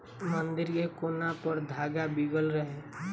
मंदिर के कोना पर धागा बीगल रहे